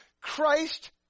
Christ